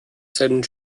seinen